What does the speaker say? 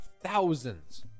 thousands